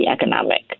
economic